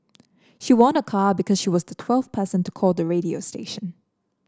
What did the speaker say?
she won a car because she was the twelfth person to call the radio station